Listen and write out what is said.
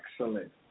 excellent